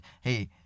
hey